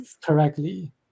correctly